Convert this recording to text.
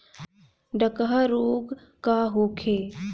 डकहा रोग का होखे?